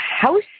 house